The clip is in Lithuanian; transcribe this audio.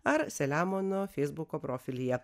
ar selemono feisbuko profilyje